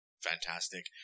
fantastic